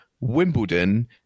Wimbledon